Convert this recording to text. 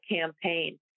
campaign